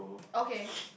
okay